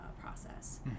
process